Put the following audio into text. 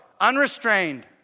unrestrained